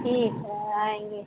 ठीक है हम आएंगे